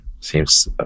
seems